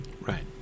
right